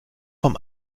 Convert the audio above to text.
vom